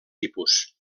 tipus